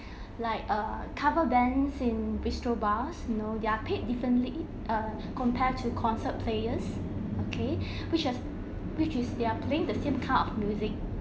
like err cover bands singing in bistro bars you know they're paid differently err compared to concert players okay which has which is they're playing the same kind of music